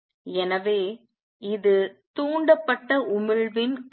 எனவே இது தூண்டப்பட்ட உமிழ்வின் கருத்து